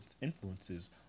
influences